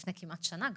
לפני כמעט שנה.